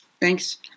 Thanks